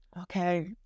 okay